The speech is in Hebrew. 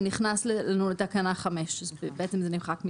זה נכתב לנו לתקנה 5. בעצם זה נמחק מפה.